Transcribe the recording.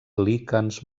líquens